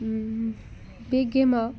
बे गेमआ